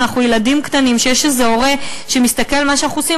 אנחנו ילדים קטנים שיש איזה הורה שמסתכל על מה שאנחנו עושים,